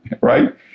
right